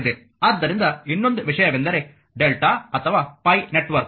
ಆದ್ದರಿಂದ ಇನ್ನೊಂದು ವಿಷಯವೆಂದರೆ Δ ಅಥವಾ ಪೈ ನೆಟ್ವರ್ಕ್